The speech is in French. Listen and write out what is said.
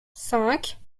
cinq